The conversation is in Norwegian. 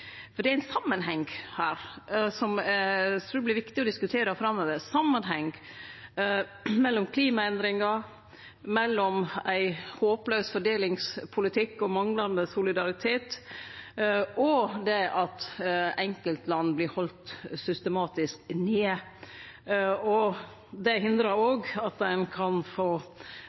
Det er ein samanheng her som eg trur vert viktig å diskutere framover – ein samanheng mellom klimaendringar og mellom ein håplaus fordelingspolitikk og manglande solidaritet og det at enkeltland vert haldne systematisk nede. Det hindrar òg at ein kan få